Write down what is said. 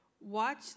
Watch